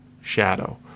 shadow